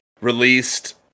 released